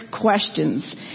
questions